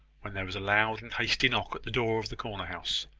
when there was a loud and hasty knock at the door of the corner-house.